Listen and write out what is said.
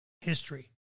history